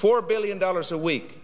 four billion dollars a week